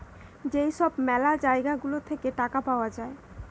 যেই সব ম্যালা জায়গা গুলা থাকে টাকা পাওয়া যায়